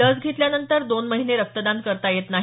लस घेतल्यानंतर दोन महिने रक्तदान करता येत नाही